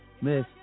Miss